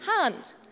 hand